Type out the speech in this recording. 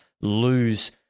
lose